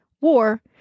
war